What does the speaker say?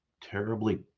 terribly